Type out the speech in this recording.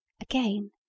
Again